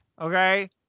okay